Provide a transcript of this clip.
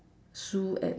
Sue at